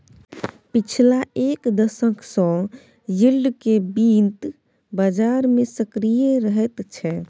पछिला एक दशक सँ यील्ड केँ बित्त बजार मे सक्रिय रहैत छै